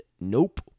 Nope